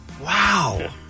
wow